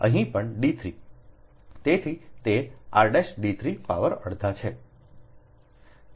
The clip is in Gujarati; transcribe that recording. તેથી તે r' d 3 પાવર અડધા છે